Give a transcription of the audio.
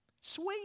sweet